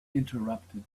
interrupted